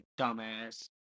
dumbass